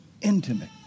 intimate